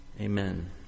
Amen